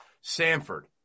Sanford